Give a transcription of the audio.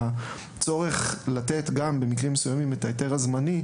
שהצורך לתת את ההיתר הזמני,